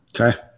Okay